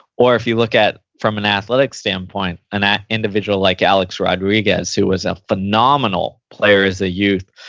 or if you look at from an athletic standpoint, an ah individual like alex rodriguez who was a phenomenal player as a youth,